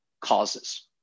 causes